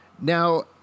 Now